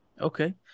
Okay